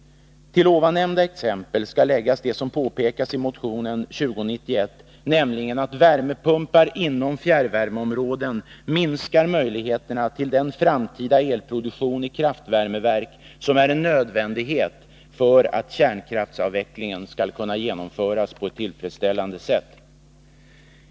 Till de nu nämnda exemplen skall läggas det som påpekas i motion 2091, nämligen att värmepumpar inom fjärrvärmeområden minskar möjligheterna till den framtida elproduktion i kraftvärmeverk som är en nödvändighet för . att kärnkraftsavvecklingen skall kunna genomföras på ett tillfredsställande sätt.